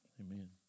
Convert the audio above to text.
Amen